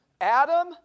Adam